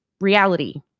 reality